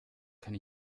kann